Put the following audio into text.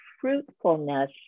fruitfulness